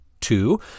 two